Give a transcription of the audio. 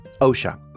OSHA